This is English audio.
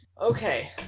Okay